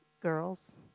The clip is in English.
girls